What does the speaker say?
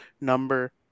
number